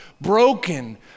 broken